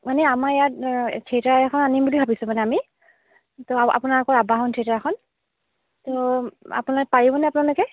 মানে আমাৰ ইয়াত থিয়েটাৰ এখন আনিম বুলি ভাবিছোঁ মানে আমি তো আপোনালোকৰ আৱাহন থিয়েটাৰখন তো আপুনি পাৰিবনে আপোনালোকে